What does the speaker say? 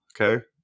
okay